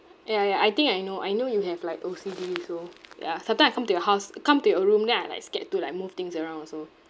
ya ya I think I know I know you have like O_C_D so ya sometime I come to your house come to your room then I like scared to like move things around also